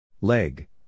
Leg